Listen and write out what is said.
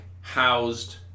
housed